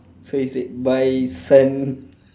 so he said bye son